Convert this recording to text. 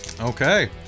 okay